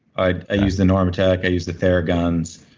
i i use the norma tec, i used the theraguns.